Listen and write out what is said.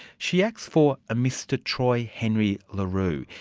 she acts for a mr troy henry la rue.